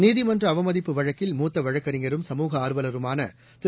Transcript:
நீதிமன்றஅவமதிப்பு வழக்கில் மூத்தவழக்கறிஞரும் சமூக ஆர்வலருமானதிரு